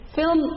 film